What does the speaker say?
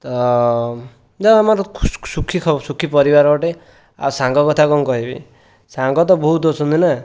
ତ ଯାହା ହେଉ ଆମର ସୁଖୀ ପରିବାର ଗୋଟେ ଆଉ ସାଙ୍ଗ କଥା କଣ କହିବି ସାଙ୍ଗ ତ ବହୁତ ଅଛନ୍ତି ନା